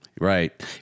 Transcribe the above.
Right